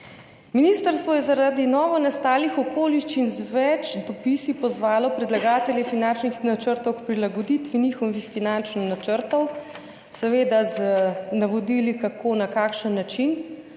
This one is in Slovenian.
Ministrstvo je zaradi novonastalih okoliščin z več dopisi pozvalo predlagatelje finančnih načrtov k prilagoditvi njihovih finančnih načrtov, seveda z navodili kako, na kakšen način,